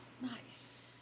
Nice